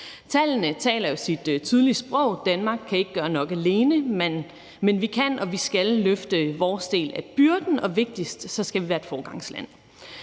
Tallene taler jo deres tydelige sprog. Danmark kan ikke gøre nok alene, men vi kan og vi skal løfte vores del af byrden. Og vigtigst: Vi skal være et foregangsland.